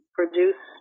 produce